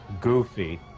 goofy